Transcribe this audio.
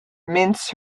mince